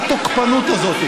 יש הצבעה עכשיו.